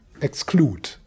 exclude